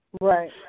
Right